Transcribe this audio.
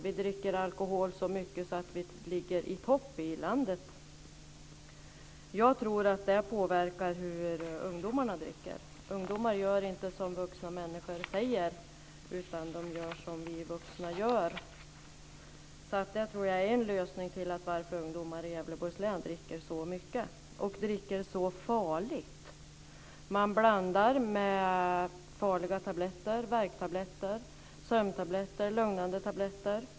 Vi dricker så mycket alkohol att vi ligger i topp i landet. Jag tror att det påverkar hur ungdomarna dricker. Ungdomar gör inte som vuxna människor säger, utan de gör som vi vuxna gör. Det tror jag är ett svar på varför ungdomar i Gävleborgs län dricker så mycket och så farligt. Man blandar med farliga tabletter - värktabletter, sömntabletter och lugnande tabletter.